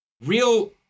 Real